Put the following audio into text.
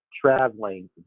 traveling